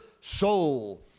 soul